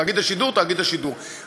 תאגיד השידור, תאגיד השידור, תאגיד השידור.